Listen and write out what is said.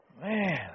Man